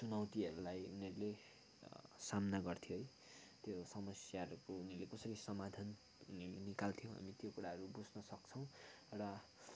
चुनौतिहरूलाई उनीहरूले सामना गर्थ्यो है त्यो समस्याहरूको उनीहरूले कसरी समाधान निकाल्थ्यो अनि त्यो कुराहरू बुझ्न सक्छौँ र